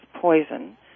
poison